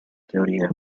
teoria